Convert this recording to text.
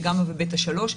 בגמא ובתא שלוש,